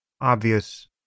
obvious